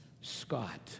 Scott